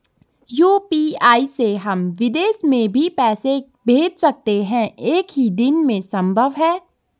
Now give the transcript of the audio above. UPI से हम विदेश में भी पैसे भेज सकते हैं एक ही दिन में संभव है?